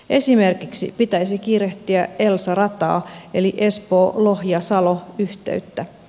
esimerkiksi pitäisi kiirehtiä elsa rataa eli espoolohjasalo yhteyttä